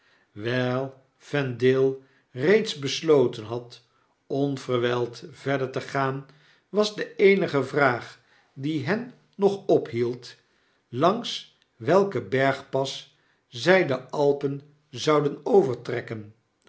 wijl vendale reeds besloten had onverwijld verder te gaan was de eenige vraag die hen nog ophield langs welken bergpas zy de alpen zouden overtrefken